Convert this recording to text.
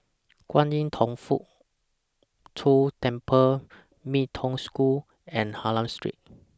Kwan Im Thong Hood Cho Temple Mee Toh School and Hylam Street